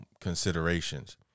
considerations